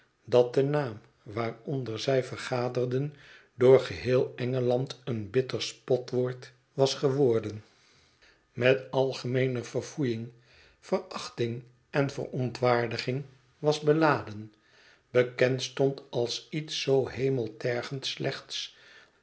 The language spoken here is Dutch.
dat de naam waaronder zij vergaderden door geheel engeland een bitter spotwoord was geworden met algemeene verfoeiing verachting en verontwaardiging was beladen bekend stond als iets zoo hemeltergend slechts